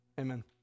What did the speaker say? amen